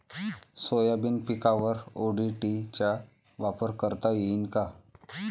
Soybean पिकावर ODT चा वापर करता येईन का?